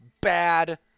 bad